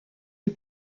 est